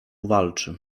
walczy